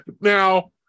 now